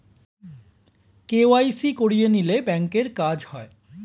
KYC করিয়ে নিলে ব্যাঙ্কের কাজ হয়